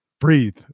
breathe